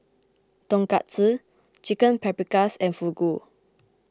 Tonkatsu Chicken Paprikas and Fugu